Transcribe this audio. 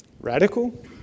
Radical